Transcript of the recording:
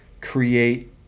create